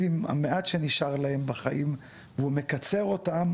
עם המעט שנשאר להם בחיים והוא מקצר אותם,